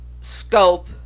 Scope